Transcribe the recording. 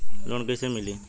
Loan कइसे मिलि?